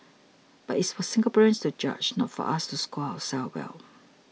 but it's for Singaporeans to judge not for us to score ourselves well